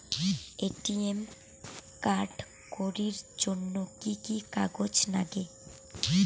ATM card করির জন্যে কি কি কাগজ নাগে?